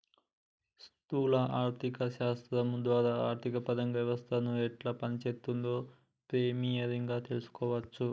స్థూల ఆర్థిక శాస్త్రం ద్వారా ఆర్థికపరంగా వ్యవస్థను ఎట్లా పనిచేత్తుందో ప్రైమరీగా తెల్సుకోవచ్చును